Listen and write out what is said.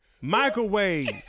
microwave